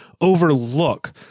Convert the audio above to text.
overlook